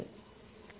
फक्त